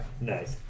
Nice